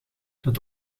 dat